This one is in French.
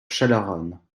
chalaronne